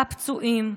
הפצועים.